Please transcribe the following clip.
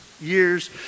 years